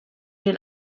den